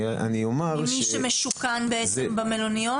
מי שמשוכן במלוניות?